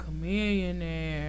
Chameleon